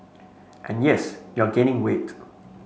and yes you're gaining weight